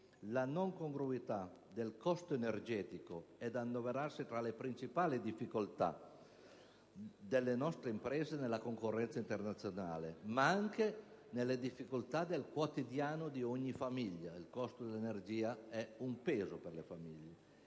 La non congruità del costo energetico è da annoverare infatti tra le principali difficoltà delle nostre imprese nella concorrenza internazionale, ma anche tra le difficoltà del quotidiano, perché il costo dell'energia è un peso per ogni famiglia.